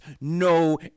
no